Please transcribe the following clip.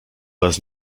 was